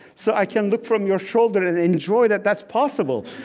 so i can look from your shoulder and enjoy that that's possible,